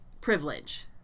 privilege